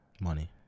Money